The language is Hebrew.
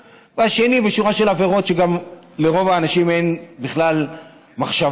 2. שורה של עבירות שגם לרוב האנשים אין בכלל מחשבה,